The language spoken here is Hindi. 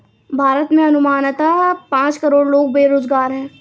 भारत में अनुमानतः पांच करोड़ लोग बेरोज़गार है